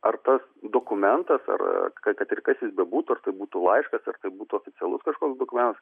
ar tas dokumentas ar kad ir kas jis bebūtų ar tai būtų laiškas ar tai būtų oficialus kažkoks dokumentas